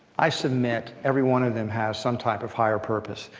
i submit every one of them has some type of higher purpose.